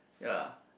ya